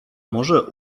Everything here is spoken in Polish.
może